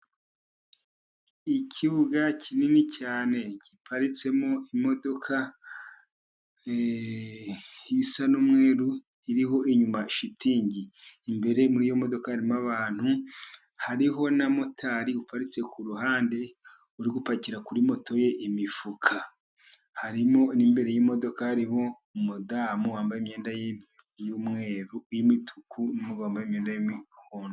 Ikibuga kinini cyane giparitsemo imodoka isa n'umweru iriho inyuma shitingi. Imbere muri iyo modoka harimo abantu, hariho na motari uparitse ku ruhande, uri gupakira kuri moto ye imifuka. Harimo n'imbere y'imodoka harimo umudamu wambaye imyenda y'umweru, iy'imituku, n'umugabo wambaye imyenda y'umuhondo.